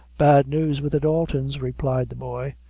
bad news with the daltons, replied the boy.